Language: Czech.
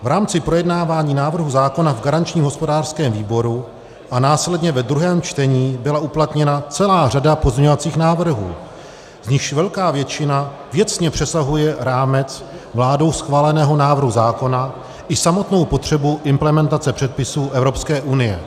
V rámci projednávání návrhu zákona v garančním hospodářském výboru a následně ve druhém čtení byla uplatněna celá řada pozměňovacích návrhů, z nichž velká většina věcně přesahuje rámec vládou schváleného návrhu zákona i samotnou potřebu implementace předpisů Evropské unie.